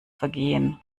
vergehen